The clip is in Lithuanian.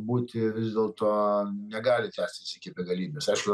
būti vis dėlto negali tęstis iki begalybės aišku